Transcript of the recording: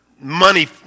money